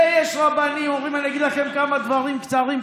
ויש רבנים שאומרים: אנחנו נגיד לכם כמה דברים קצרים,